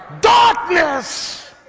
Darkness